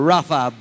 Rafa